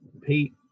Pete